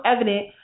evident